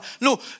No